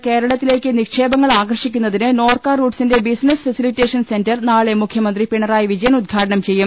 വിദേശ മലയാളികളിൽ നിന്ന് കേരളത്തിലേക്ക് നിക്ഷേപങ്ങൾ ആകർഷിക്കുന്നതിന് നോർക്കാ റൂട്ട്സിന്റെ ബിസിനസ് ഫെസി ലിറ്റേഷൻ സെന്റർ നാളെ മുഖ്യമന്ത്രി പിണറായി വിജയൻ ഉദ്ഘാ ടനം ചെയ്യും